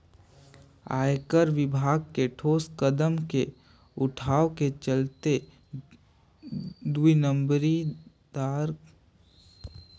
आयकर विभाग के ठोस कदम के उठाव के चलते दुई नंबरी दार कयोठन काम हर रूकिसे